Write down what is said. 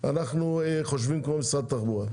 אנחנו חושבים כמו משרד התחבורה.